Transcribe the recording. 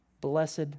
Blessed